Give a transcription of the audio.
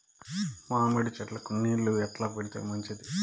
మామిడి చెట్లకు నీళ్లు ఎట్లా పెడితే మంచిది?